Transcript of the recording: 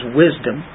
wisdom